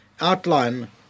outline